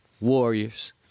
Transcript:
Warriors